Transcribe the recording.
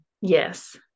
Yes